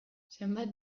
zenbat